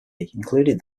included